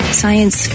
science